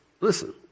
Listen